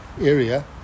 area